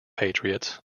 patriots